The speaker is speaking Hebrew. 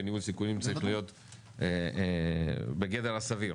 וניהול סיכונים צריך להיות בגדר הסביר,